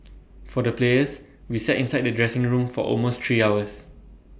for the players we sat inside the dressing room for almost three hours